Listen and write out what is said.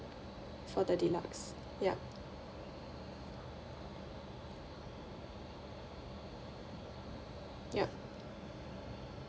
for the deluxe ya ya